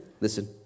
listen